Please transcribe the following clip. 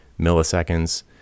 milliseconds